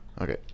Okay